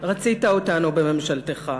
רצית אותנו בממשלתך,